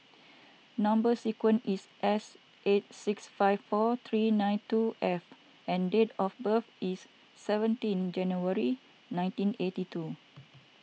Number Sequence is S eight six five four three nine two F and date of birth is seventeen January nineteen eighty two